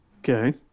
Okay